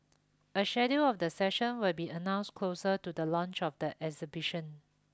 a schedule of the sessions will be announced closer to the launch of the exhibition